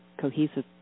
cohesive